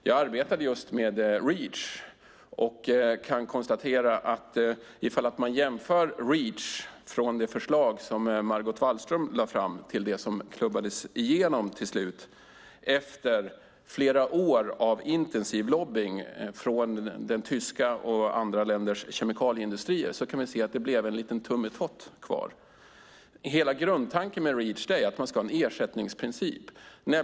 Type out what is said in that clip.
Jag arbetade just med Reach. Jag kan konstatera att om man jämför det förslag som Margot Wallström lade fram om Reach med det förslag som till slut klubbades igenom efter flera år av intensiv lobbning från den tyska och andra länders kemikalieindustrier blev det bara en liten tummetott kvar. Hela grundtanken med Reach är att man ska ha en ersättningsprincip.